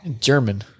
German